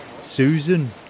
Susan